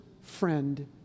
friend